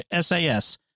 SAS